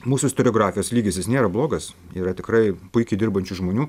mūsų istoriografijos lygis jis nėra blogas yra tikrai puikiai dirbančių žmonių